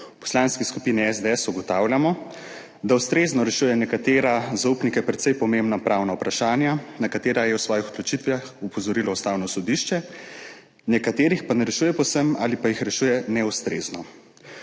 Poslanski skupini SDS ugotavljamo, da ustrezno rešuje nekatera za upnike precej pomembna pravna vprašanja, na katera je v svojih odločitvah opozorilo Ustavno sodišče, nekaterih pa ne rešuje povsem ali pa jih rešuje neustrezno.